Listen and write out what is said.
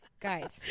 Guys